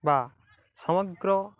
ବା ସମଗ୍ର